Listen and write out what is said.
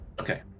Okay